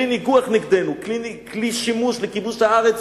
כלי שימוש לכיבוש הארץ